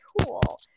tool